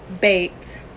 baked